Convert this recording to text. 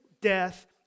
death